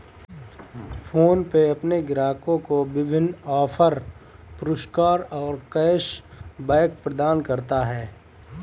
PhonePe अपने ग्राहकों को विभिन्न ऑफ़र, पुरस्कार और कैश बैक प्रदान करता है